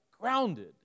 Grounded